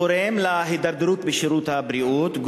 שגורם להידרדרות בשירות הבריאות,